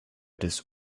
des